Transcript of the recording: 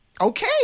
Okay